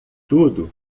tudo